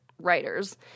writers